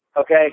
Okay